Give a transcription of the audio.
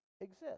exist